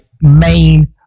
main